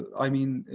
i mean,